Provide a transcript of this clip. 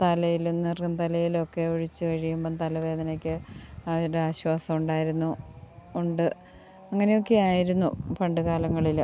തലയിലും നെറുകം തലയിലൊക്കെ ഒഴിച്ച് കഴിയുമ്പം തലവേദനക്ക് ആ ഒരാശ്വാസമുണ്ടായിരുന്നു ഉണ്ട് അങ്ങനെയൊക്കെയായിരുന്നു പണ്ട് കാലങ്ങളിൽ